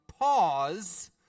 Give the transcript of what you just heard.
pause